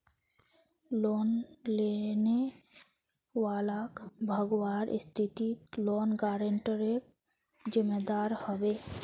loan लेने वालाक भगवार स्थितित लोन गारंटरेर जिम्मेदार ह बे